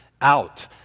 out